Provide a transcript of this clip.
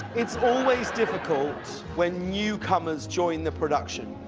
it's always difficult when newcomers join the production.